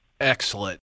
Excellent